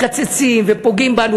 מקצצים ופוגעים בנו,